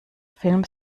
film